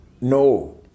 No